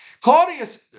Claudius